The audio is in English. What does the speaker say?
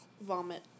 Vomit